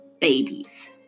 babies